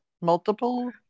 multiple